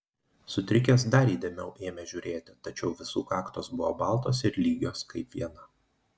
sutrikęs dar įdėmiau ėmė žiūrėti tačiau visų kaktos buvo baltos ir lygios kaip viena